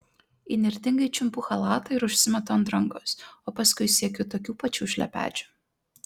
įnirtingai čiumpu chalatą ir užsimetu ant rankos o paskui siekiu tokių pačių šlepečių